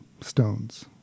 stones